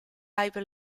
devil